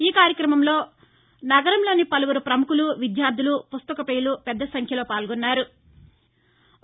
ఈ కార్యక్రమంలో నగరంలోని పలువురు ప్రముఖులు విద్యార్దులు పుస్తక ప్రియులు పెద్ద సంఖ్యలో పాల్గొన్నారు